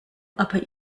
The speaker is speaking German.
aber